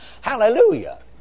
Hallelujah